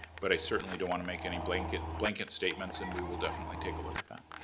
but i certainly don't want to make any blanket blanket statements and we will definitely take a look at that.